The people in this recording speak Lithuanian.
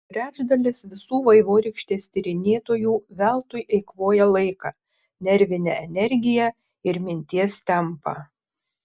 trečdalis visų vaivorykštės tyrinėtojų veltui eikvoja laiką nervinę energiją ir minties tempą